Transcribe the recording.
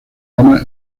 llama